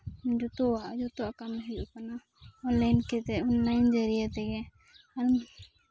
ᱡᱚᱛᱚᱣᱟᱜ ᱡᱚᱛᱚᱣᱟᱜ ᱠᱟᱹᱢᱤ ᱦᱩᱭᱩᱜ ᱠᱟᱱᱟ ᱚᱱᱞᱟᱭᱤᱱ ᱠᱟᱛᱮ ᱚᱱᱞᱟᱭᱤᱱ ᱡᱟᱹᱨᱭᱟᱹ ᱛᱮᱜᱮ ᱟᱨ